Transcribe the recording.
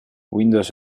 windows